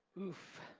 oooph.